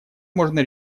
можно